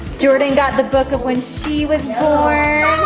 jordyn got the book of when she was